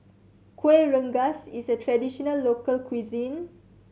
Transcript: Kueh Rengas is a traditional local cuisine